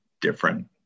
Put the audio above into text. different